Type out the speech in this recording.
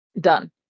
Done